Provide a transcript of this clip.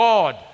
God